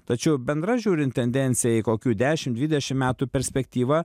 tačiau bendra žiūrint tendencija į kokių dešim dvidešim metų perspektyvą